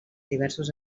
diversos